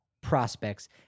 prospects